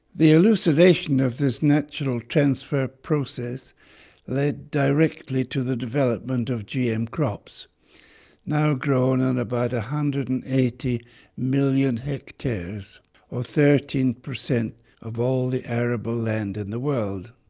the elucidation of this natural transfer process led directly to the development of gm crops now grown on about one ah hundred and eighty million hectares or thirteen percent of all the arable land in the world.